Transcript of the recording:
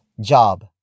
job